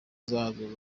zazo